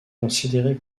considéré